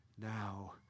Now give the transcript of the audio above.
now